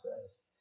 says